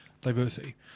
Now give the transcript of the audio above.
Diversity